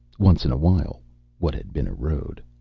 once in awhile what had been a road.